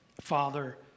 Father